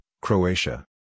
Croatia